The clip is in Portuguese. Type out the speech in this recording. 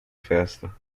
festa